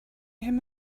him